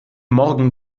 morgen